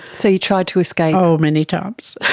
so you tried to escape? oh, many times.